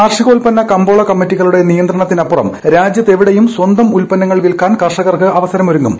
കാർഷികോൽപ്പന്ന കമ്പോള കമ്മിറ്റികളുടെ നിയന്ത്രണത്തിനപ്പുറം രാജ്യത്ത് എവിടെയും സ്വന്തം ഉൽപ്പന്നങ്ങൾ വിൽക്കാൻ കർഷകർക്ക് അവസരമൊരുങ്ങും